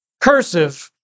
Cursive